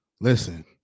listen